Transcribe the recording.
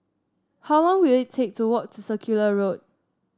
how long will it take to walk to Circular Road